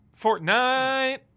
Fortnite